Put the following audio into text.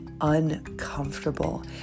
uncomfortable